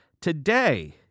Today